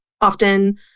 often